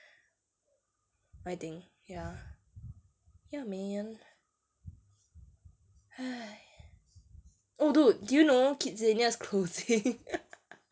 I think ya ya man oh dude did you know kidzania is closing